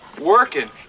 Working